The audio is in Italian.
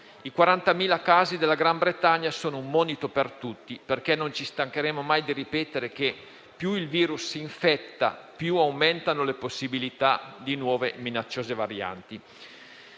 I 40.000 casi del Regno Unito sono un monito per tutti perché non ci stancheremo mai di ripetere che più il virus infetta, più aumentano le possibilità di nuove minacciose varianti.